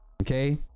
Okay